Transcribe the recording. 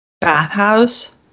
bathhouse